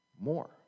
more